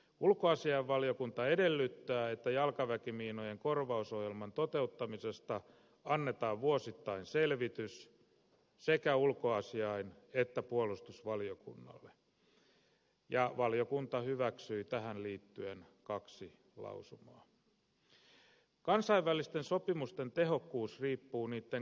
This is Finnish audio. ulkoasiainvaliokunta edellyttää että jalkaväkimiinojen korvausohjelman toteuttamisesta annetaan vuosittain selvitys sekä ulkoasiain että puolustusvaliokunnalle ja valiokunta hyväksyi tähän liittyen kaksi lausumaa kansainvälisten sopimusten tehokkuus riippuu niitten kattavuudesta